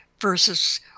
versus